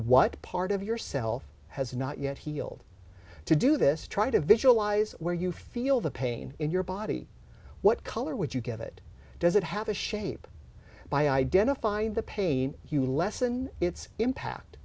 what part of yourself has not yet healed to do this try to visualize where you feel the pain in your body what color would you get it does it have a shape by identifying the pain you lessen its impact